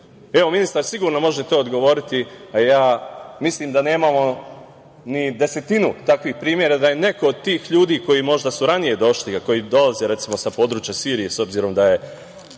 ministar sigurno može na to odgovoriti, a ja mislim da nemamo ni desetinu takvih primera da je neko od tih ljudi koji su možda ranije došli a koji dolaze, recimo, sa područja Sirije, s obzirom da je